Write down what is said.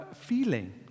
feeling